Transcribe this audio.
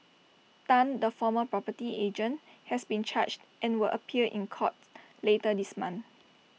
Tan the former property agent has been charged and will appear in court later this month